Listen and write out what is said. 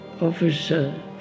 officer